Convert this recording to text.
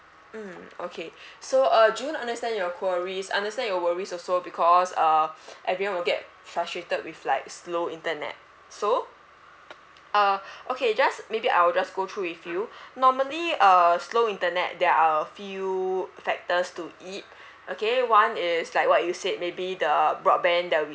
mm okay so uh june understand your queries understand your worries also because uh everyone will get frustrated with like slow internet so uh okay just maybe I'll just go through with you normally uh slow internet there are a few factors to it okay one is like what you said maybe the broadband there'll be